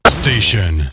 station